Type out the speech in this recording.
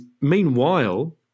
meanwhile